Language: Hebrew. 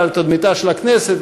ועל תדמיתה של הכנסת,